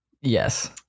Yes